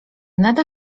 nade